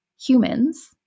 humans